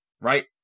right